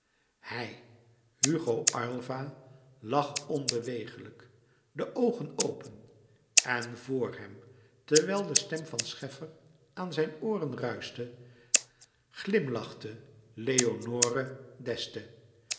hij hugo aylva lag onbewegelijk de oogen open en vor hem terwijl de stem van scheffer aan zijn ooren ruischte glimlachte leonore d'este al